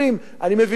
אני מבין את זה.